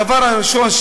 הדבר הראשון,